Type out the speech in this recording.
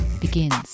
begins